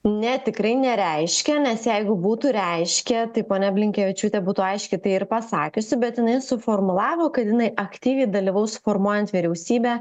ne tikrai nereiškia nes jeigu būtų reiškę tai ponia blinkevičiūtė būtų aiškiai tai ir pasakiusi bet jinai suformulavo kad jinai aktyviai dalyvaus formuojant vyriausybę